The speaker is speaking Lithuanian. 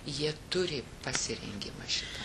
jie turi pasirengimą šitą